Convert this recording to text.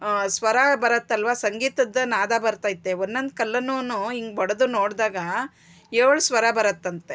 ಸ್ವರ ಬರುತ್ತಲ್ವಾ ಸಂಗೀತದ್ದು ನಾದ ಬರ್ತೈತೆ ಒನ್ನೊಂದು ಕಲ್ಲನೂ ಹಿಂಗ್ ಬಡಿದು ನೋಡಿದಾಗ ಏಳು ಸ್ವರ ಬರುತ್ತಂತೆ